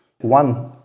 one